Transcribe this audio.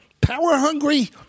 power-hungry